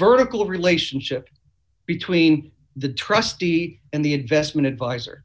vertical relationship between the trustee and the investment advisor